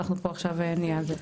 אנחנו פה נהיה עכשיו על זה,